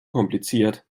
kompliziert